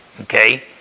okay